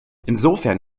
insofern